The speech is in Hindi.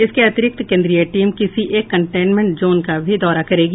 इसके अतिरिक्त केंद्रीय टीम किसी एक कंटेनमेंट जोन का भी दौरा करेगी